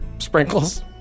Sprinkles